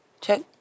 Check